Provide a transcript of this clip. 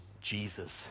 Jesus